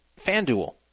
FanDuel